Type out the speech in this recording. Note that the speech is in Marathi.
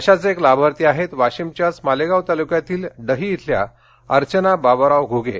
अशाच एक लाभार्थी आहेत वाशिमच्याच मालेगाव तालुक्यातील डही इथल्या वर्चना बाबाराव घुगे